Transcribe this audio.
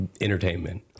entertainment